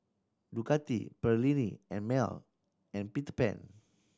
Ducati Perllini and Mel and Peter Pan